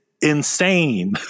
insane